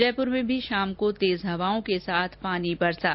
जयपुर में भी शाम को तेज हवाओं के साथ पानी बरसा